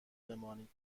بمانید